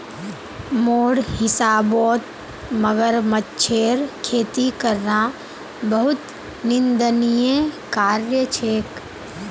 मोर हिसाबौत मगरमच्छेर खेती करना बहुत निंदनीय कार्य छेक